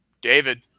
David